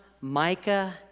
Micah